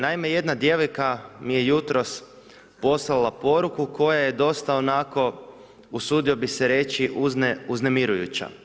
Naime, jedna djevojka mi je jutros poslala poruku koja je dosta onako, usudio bih se reći uznemirujuća.